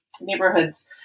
neighborhoods